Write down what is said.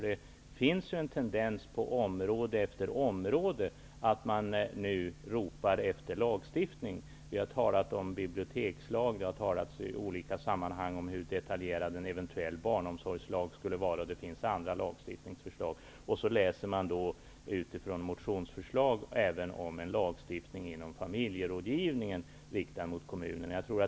Det finns en tendens till att man på område efter område nu ropar på lagstiftning. Det har talats om bibliotekslag, och man har i olika sammanhang talat om hur detaljerad en eventuell barnomsorgslag skall vara, och det finns också andra lagstiftningförslag. Man kan även finna motionsförlag om en lagstiftning om familjerådgivningen riktad mot kommunerna.